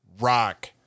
Rock